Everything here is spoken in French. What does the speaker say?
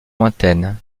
lointaines